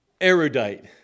erudite